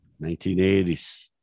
1980s